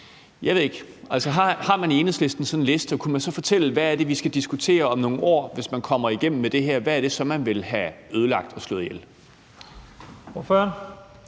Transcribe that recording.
hvad ved jeg. Altså, har man i Enhedslisten sådan en liste, og kan man så fortælle, hvad det er, vi skal diskutere om nogle år? Hvis man kommer igennem med det her, hvad er så det næste, man vil have ødelagt og slået ihjel?